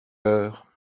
heures